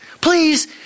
please